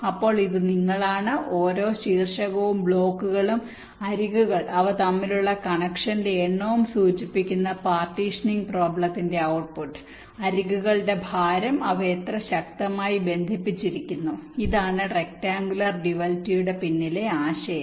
ഇപ്പോൾ ഇത് നിങ്ങളാണ് ഓരോ ശീർഷകവും ബ്ലോക്കുകളും അരികുകൾ അവ തമ്മിലുള്ള കണക്ഷന്റെ എണ്ണവും സൂചിപ്പിക്കുന്ന പാർട്ടീഷനിംഗ് പ്രോബ്ളത്തിന്റെ ഔട്ട്പുട്ട് അരികുകളുടെ ഭാരം അവ എത്ര ശക്തമായി ബന്ധിപ്പിച്ചിരിക്കുന്നു ഇതാണ് റെക്ടാങ്കുലർ ഡ്യുവലിറ്റിയുടെ പിന്നിലെ ആശയം